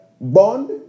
bond